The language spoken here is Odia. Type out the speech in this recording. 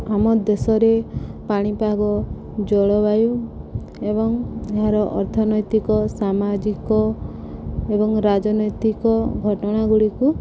ଆମ ଦେଶରେ ପାଣିପାଗ ଜଳବାୟୁ ଏବଂ ଏହାର ଅର୍ଥନୈତିକ ସାମାଜିକ ଏବଂ ରାଜନୈତିକ ଘଟଣା ଗୁଡ଼ିକୁ